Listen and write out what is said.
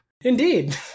Indeed